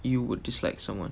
you would dislike someone